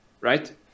right